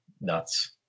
nuts